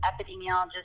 epidemiologist